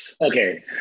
Okay